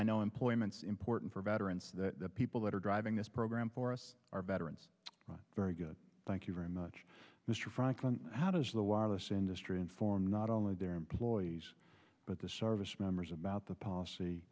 i know employment's important for veterans that the people that are driving this program for us are veterans very good thank you very much mr franklin how does the wireless industry inform not only their employees but the service members about the policy